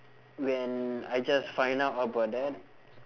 when I just find out about that